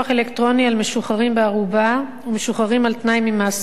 בערובה ומשוחררים על תנאי ממאסר (הוראת שעה)